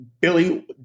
Billy